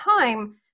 time